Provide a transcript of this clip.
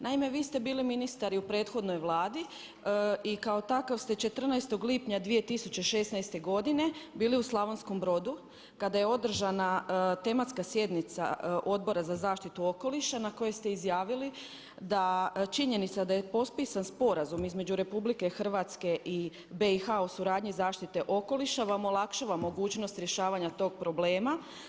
Naime, vi ste bili ministar i u prethodnoj Vladi i kao takav ste 14. lipnja 2016. godine bili u Slavonskom Brodu kada je održana tematska sjednica Odbora za zaštitu okoliša na kojoj ste izjavili da činjenica da je potpisan sporazum između RH i BiH o suradnji zaštite okoliša vam olakšava mogućnost rješavanja tog problema.